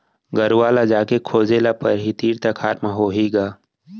गरूवा ल जाके खोजे ल परही, तीर तखार म होही ग